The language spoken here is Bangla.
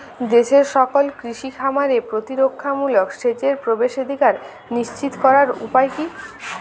দেশের সকল কৃষি খামারে প্রতিরক্ষামূলক সেচের প্রবেশাধিকার নিশ্চিত করার উপায় কি?